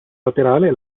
laterale